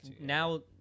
now